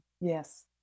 Yes